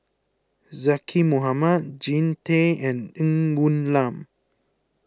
Zaqy Mohamad Jean Tay and Ng Woon Lam